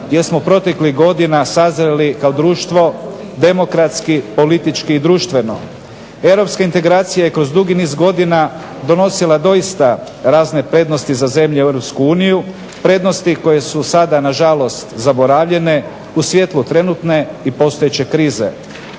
jer smo proteklih godina sazreli kao društvo demokratski, politički i društveno. Europske integracija je kroz dugi niz godina donosila doista razne prednosti za zemlje u EU, prednosti koje su sada nažalost zaboravljene u svjetlu trenutne i postojeće krize.